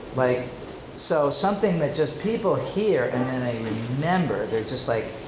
like so something that just people hear and then they remember. they're just like,